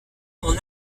mon